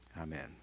amen